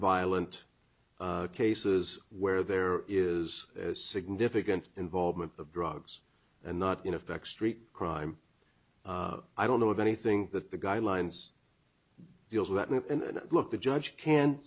violent cases where there is significant involvement of drugs and not in effect street crime i don't know of anything that the guidelines deals that look the judge can